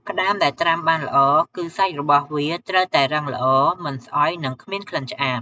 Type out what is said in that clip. ក្តាមដែលត្រាំបានល្អ គឺសាច់របស់វាត្រូវតែរឹងល្អ មិនស្អុយ និងគ្មានក្លិនឆ្អាប។